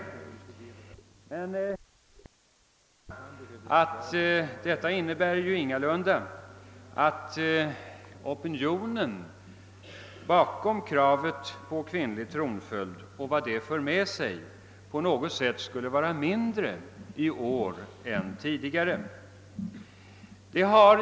Jag vill dock betona att detta ingalunda innebär, att opinionen bakom kravet på kvinnlig tronföljd och vad detta för med sig på något sätt skulle vara mindre stark i år än tidigare.